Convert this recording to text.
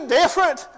different